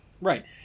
Right